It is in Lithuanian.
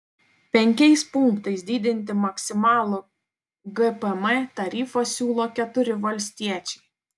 penkiais punktais didinti maksimalų gpm tarifą siūlo keturi valstiečiai